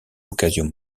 occasion